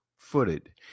footed